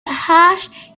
hash